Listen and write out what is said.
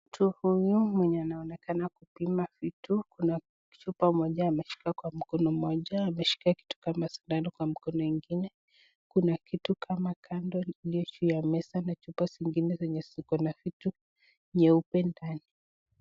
Mtu huyu mwenye anaonekana kupima vitu, kuna chupa moja ameshika kwa mkono moja, ameshika kitu kama sindano kwa mkono ingine. Kuna kitu kama candle iliyo juu ya meza na chupa zingine zenye ziko na vitu nyeupe ndani.